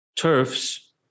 turfs